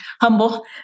humble